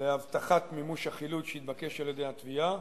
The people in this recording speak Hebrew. להבטחת מימוש החילוט שהתבקש על-ידי התביעה,